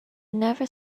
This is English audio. never